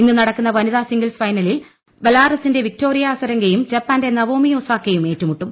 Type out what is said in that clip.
ഇന്നു നടക്കുന്ന വനിത സിംഗിൾസ് ഫൈനലിൽ ബലാറസിന്റെ വിക്ടോറിയ അസരങ്കയും ജപ്പാന്റെ നവോമി ഒസാക്കയും ഏറ്റുമുട്ടും